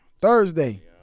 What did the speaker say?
Thursday